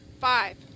Five